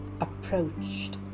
approached